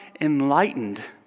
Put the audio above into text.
enlightened